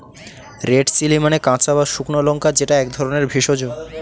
red chilli মানে কাঁচা বা শুকনো লঙ্কা যেটা এক ধরনের ভেষজ